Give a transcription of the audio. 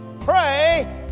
Pray